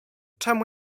czemu